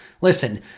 Listen